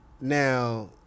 Now